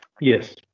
Yes